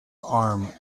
arm